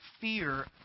fear